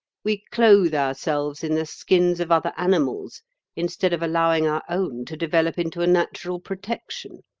we clothe ourselves in the skins of other animals instead of allowing our own to develop into a natural protection.